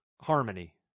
harmony